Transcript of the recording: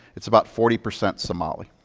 it's about forty percent somali.